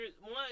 one